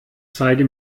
zeige